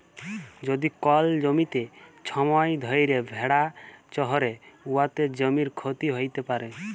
যদি কল জ্যমিতে ছময় ধ্যইরে ভেড়া চরহে উয়াতে জ্যমির ক্ষতি হ্যইতে পারে